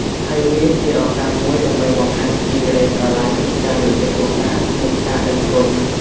ហើយវាជាឱកាសមួយដើម្បីបង្ហាញពីក្តីស្រឡាញ់ ការយកចិត្តទុកដាក់ និងការដឹងគុណ។